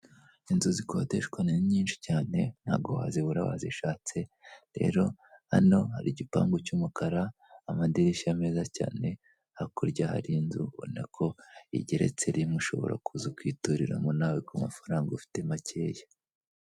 Inzu zikodeshwa ni nyinshi cyane ntago wazibura wazishatse, rero hano hari igipangu cy'umukara, amadirishya meza cyane, hakurya hari inzu ubona ko igeretse rimwe ushobora kuza kwituriramo nawe ku mafaranga ufite makeya.